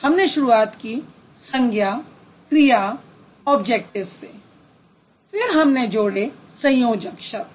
हमने शुरुआत की संज्ञा क्रिया ऑब्जेक्टिव्स से फिर हमने जोड़े संयोजक शब्द